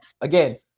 again